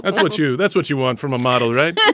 ah but you. that's what you want from a model, right yeah